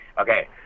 okay